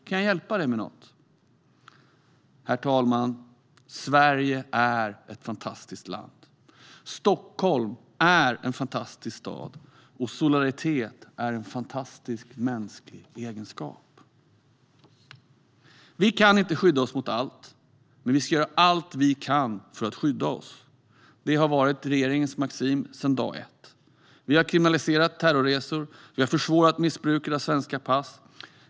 Kan jag hjälpa dig med något?" Herr talman! Sverige är ett fantastiskt land. Stockholm är en fantastisk stad. Och solidaritet är en fantastisk mänsklig egenskap. Vi kan inte skydda oss mot allt. Men vi ska göra allt vi kan för att skydda oss. Det har varit regeringens maxim sedan dag ett. Vi har kriminaliserat terrorresor. Vi har försvårat missbruk av svenska pass.